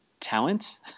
Talent